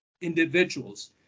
individuals